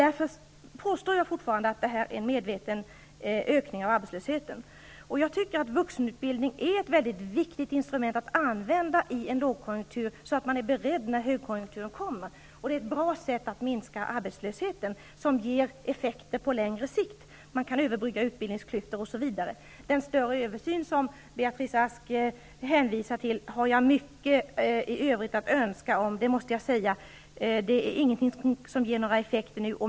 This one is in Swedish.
Därför påstår jag fortfarande att det är fråga om en medveten ökning av arbetslösheten. Vuxenutbildning är ett viktigt instrument att använda i en lågkonjunktur så att det finns en beredskap när högkonjunkturen kommer. Det är ett bra sätt att minska arbetslösheten, och ger också effekter på längre sikt. Utbildningsklyftor osv. kan överbryggas. Jag har mycket i övrigt att önska av den översyn som Beatrice Ask har hänvisat till. Det är ingenting som kommer att få några effekter nu.